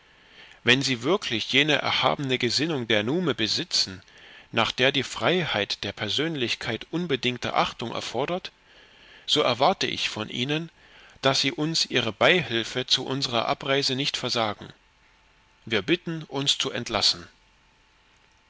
wenn sie wirklich jene erhabene gesinnung der nume besitzen nach der die freiheit der persönlichkeit unbedingte achtung erfordert so erwarte ich von ihnen daß sie uns ihre beihilfe zu unsrer abreise nicht versagen wir bitten uns zu entlassen